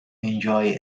enjoy